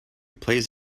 plays